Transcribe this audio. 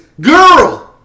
GIRL